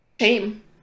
shame